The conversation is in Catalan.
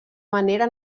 manera